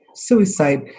Suicide